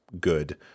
good